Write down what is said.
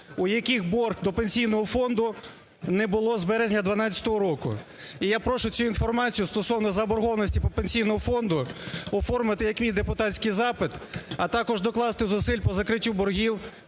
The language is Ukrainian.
у яких борг до Пенсійного фонду… не було з березня 12-го року. І я прошу цю інформацію стосовно заборгованості по Пенсійному фонду оформити як мій депутатський запит, а також докласти зусиль по закриттю боргів,